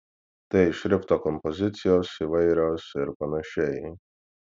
tai šrifto kompozicijos įvairios ir panašiai